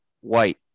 white